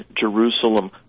Jerusalem